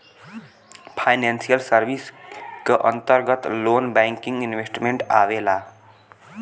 financial service क अंतर्गत loan banking investment आवेला